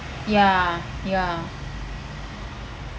ya ya